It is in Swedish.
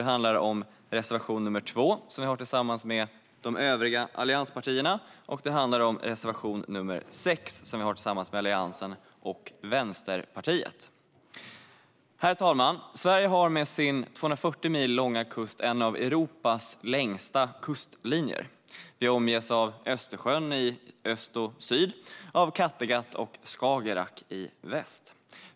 Det handlar om reservation 2, som vi har tillsammans med de övriga allianspartierna, och reservation 6, som vi har tillsammans med övriga allianspartier och Vänsterpartiet. Herr talman! Sverige har med sin 240 mil långa kust en av Europas längsta kustlinjer. Vi omges av Östersjön i öst och syd och av Kattegatt och Skagerrak i väst.